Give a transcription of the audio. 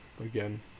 again